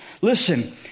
Listen